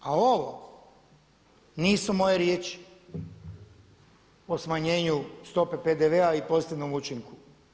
A ovo nisu moje riječi o smanjenju stope PDV-a i pozitivnom učinku.